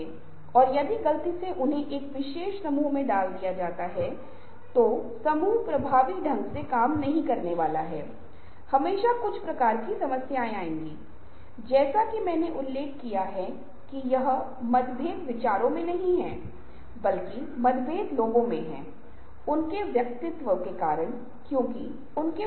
तो और उसके बाद आप महत्वपूर्ण के क्रम में नौकरी को प्राथमिकता देते हैं और प्रत्येक काम के लिए समय स्लॉट को ठीक करते हैं और ठीक करने के बाद नौकरी करने के लिए कुछ संसाधनों जैसे कंप्यूटर कान का समर्थन मशीन समय आदि की आवश्यकता होती है तदनुसार संसाधनों को व्यवस्थित करें पहला कार्य ये करें